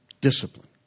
Discipline